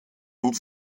und